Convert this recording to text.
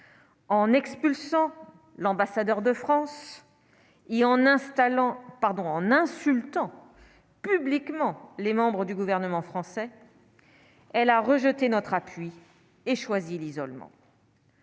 en expulsant l'ambassadeur de France et en installant pardon en insultant publiquement les membres du gouvernement français, elle a rejeté notre appui et choisit l'isolement.